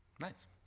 Nice